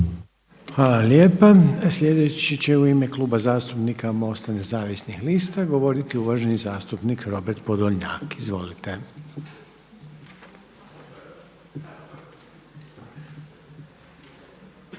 Hvala lijepa. Sljedeći će u ime Kluba zastupnika MOST-a Nezavisnih lista govoriti uvaženi zastupnik Robert Podolnjak. **Podolnjak,